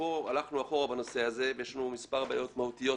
וכאן הלכנו אחורה בנושא הזה ויש לנו מספר בעיות מהותיות.